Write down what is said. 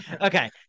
okay